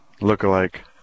look-alike